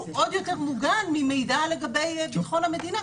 עוד יותר מוגן ממידע לגבי ביטחון המדינה.